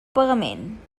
pagament